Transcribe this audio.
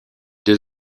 deux